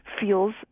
feels